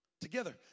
together